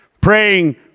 Praying